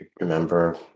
remember